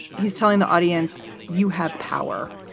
he's telling the audience, you have power,